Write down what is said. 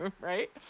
right